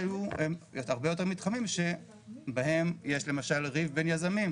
היו הרבה יותר מתחמים שבהם יש למשל ריב בין יזמים,